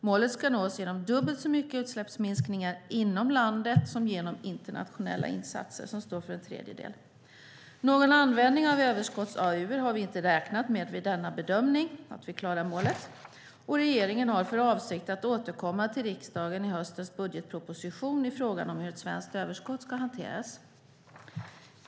Målet ska nås genom dubbelt så mycket utsläppsminskningar inom landet som genom internationella insatser, som står för en tredjedel. Någon användning av överskotts-AAU:er har vi inte räknat med vid denna bedömning av att vi klarar målet. Regeringen har för avsikt att återkomma till riksdagen i höstens budgetproposition i frågan om hur ett svenskt överskott ska hanteras.